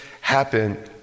happen